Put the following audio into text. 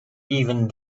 even